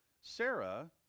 Sarah